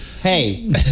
Hey